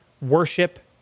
worship